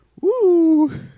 Woo